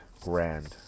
grand